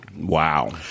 Wow